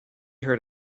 heard